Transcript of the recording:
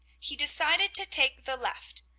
he decided to take the left,